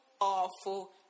awful